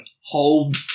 Hold